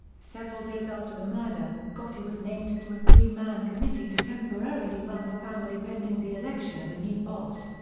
several days after the murder, gotti was named to a three-man committee to temporarily run the family pending the election of a new boss,